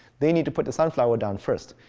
they need to put the sunflower down first.